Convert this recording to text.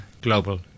global